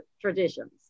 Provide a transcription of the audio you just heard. Traditions